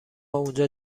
اونجا